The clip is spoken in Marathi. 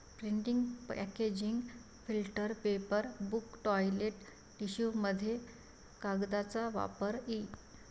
printing packaging filter paper book toilet टिश्यूमध्ये कागदाचा वापर इ